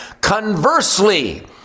Conversely